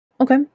Okay